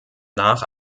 nach